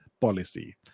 policy